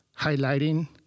highlighting